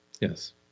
Yes